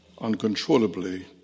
uncontrollably